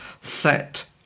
set